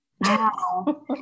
wow